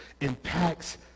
impacts